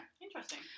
interesting